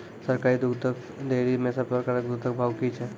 सरकारी दुग्धक डेयरी मे सब प्रकारक दूधक भाव की छै?